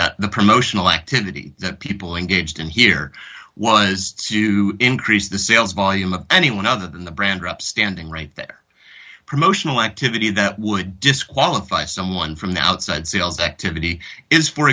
that the promotional activity that people engaged in here was to increase the sales volume of anyone other than the brand up standing right there promotional activity that would disqualify someone from the outside sales activity is for